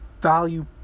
value